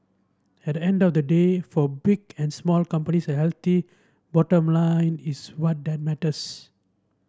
at the end of the day for big and small companies a healthy bottom line is what that matters